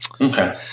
Okay